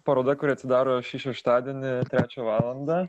paroda kuri atsidaro šį šeštadienį trečią valandą